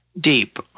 deep